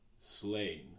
slain